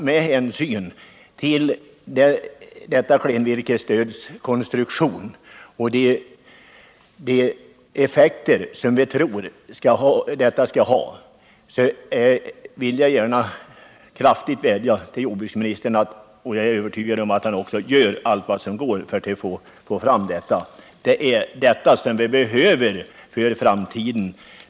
Med hänsyn till detta klenvirkesstöds konstruktion och till de lönsamma effekter som vi tror att denna konstruktion skall få vill jag vädja till jordbruksministern att lägga fram förslaget om klenvirkesstöd, eftersom det gallringsstöd vi f. n. har mer eller mindre är en halvmesyr.